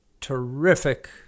terrific